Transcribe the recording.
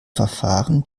verfahren